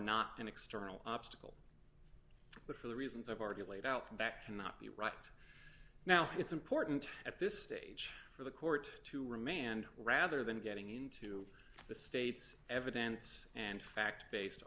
to external obstacle but for the reasons i've already laid out that cannot be right now it's important at this stage for the court to remand rather than getting into the state's evidence and fact based